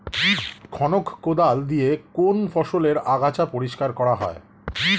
খনক কোদাল দিয়ে কোন ফসলের আগাছা পরিষ্কার করা হয়?